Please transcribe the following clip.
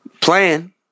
playing